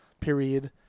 period